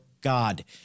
God